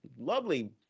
lovely